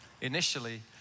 initially